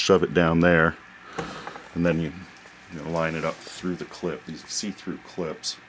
shove it down there and then you line it up through the clip see through clips